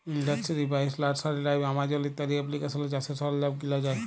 industry বাইশ, nursery live, Amazon ইত্যাদি এপ্লিকেশলে চাষের সরল্জাম কিলা যায়